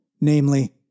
Namely